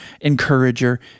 encourager